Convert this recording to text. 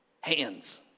hands